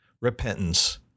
repentance